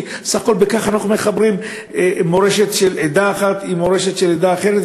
כי בסך הכול בכך אנחנו מחברים מורשת של עדה אחת עם מורשת של עדה אחרת,